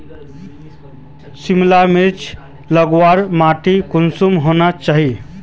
सिमला मिर्चान लगवार माटी कुंसम होना चही?